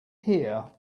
here